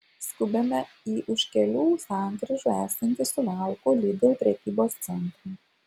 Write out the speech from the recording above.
skubame į už kelių sankryžų esantį suvalkų lidl prekybos centrą